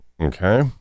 Okay